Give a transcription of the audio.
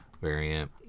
variant